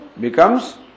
becomes